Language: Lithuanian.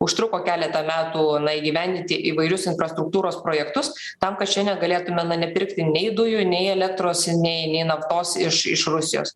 užtruko keletą metų na įgyvendinti įvairius infrastruktūros projektus tam kad šiandien negalėtume nepirkti nei dujų nei elektros nei nei naftos iš iš rusijos